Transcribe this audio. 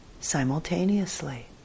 simultaneously